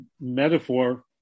metaphor